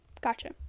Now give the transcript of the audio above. gotcha